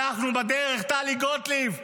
אנחנו בדרך, טלי גוטליב.